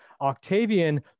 Octavian